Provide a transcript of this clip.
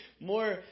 more